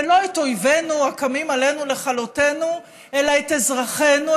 ולא את אויבנו הקמים עלינו לכלותינו אלא את אזרחינו,